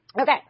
Okay